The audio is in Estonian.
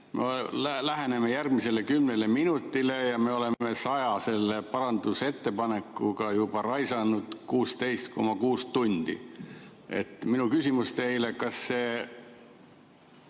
Läheneme järgmisele kümnele minutile ja me oleme saja parandusettepanekuga raisanud juba 16,6 tundi. Mu küsimus teile: kas selline